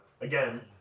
Again